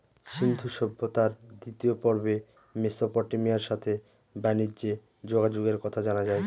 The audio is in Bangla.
সিন্ধু সভ্যতার দ্বিতীয় পর্বে মেসোপটেমিয়ার সাথে বানিজ্যে যোগাযোগের কথা জানা যায়